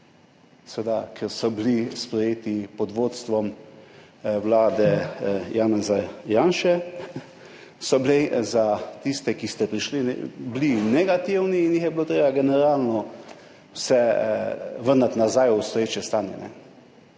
ker so bili sprejeti pod vodstvom vlade Janeza Janše, so bili za tiste, ki ste prišli, negativni in jih je bilo treba generalno vse vrniti nazaj v obstoječe stanje.